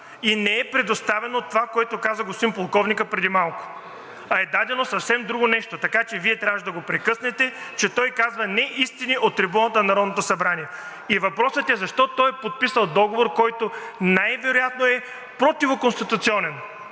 и не е предоставено това, което каза господин полковника преди малко, а е дадено съвсем друго нещо. Така че Вие трябваше да го прекъснете, че той казва неистини от трибуната на Народното събрание. Въпросът е: защо той е подписал договор, който най-вероятно е противоконституционен?